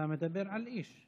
אתה מדבר על איש.